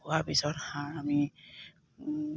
খোৱাৰ পিছত হাঁহ আমি